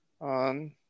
on